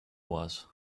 was